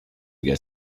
get